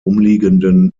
umliegenden